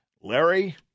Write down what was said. Larry